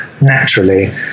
naturally